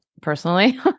personally